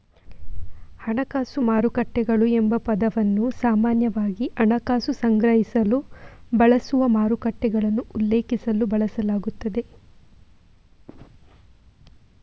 ಹಣಕಾಸು ಮಾರುಕಟ್ಟೆಗಳು ಎಂಬ ಪದವನ್ನು ಸಾಮಾನ್ಯವಾಗಿ ಹಣಕಾಸು ಸಂಗ್ರಹಿಸಲು ಬಳಸುವ ಮಾರುಕಟ್ಟೆಗಳನ್ನು ಉಲ್ಲೇಖಿಸಲು ಬಳಸಲಾಗುತ್ತದೆ